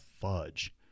fudge